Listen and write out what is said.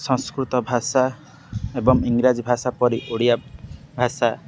ସଂସ୍କୃତ ଭାଷା ଏବଂ ଇଂରାଜୀ ଭାଷା ପରି ଓଡ଼ିଆ ଭାଷା